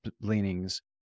leanings